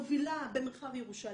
מובילה במרחב ירושלים,